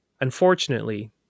Unfortunately